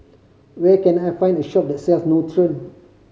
where can I find a shop that sell Nutren